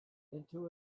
into